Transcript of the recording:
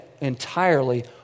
entirely